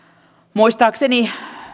muistaakseni